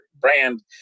brand